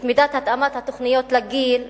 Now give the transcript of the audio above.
את מידת התאמת התוכניות לגיל,